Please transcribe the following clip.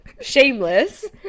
Shameless